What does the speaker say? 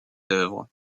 œuvres